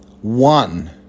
one